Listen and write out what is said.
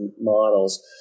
models